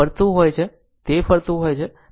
આ ફરતું હોય છે તે ફરતું હોય છે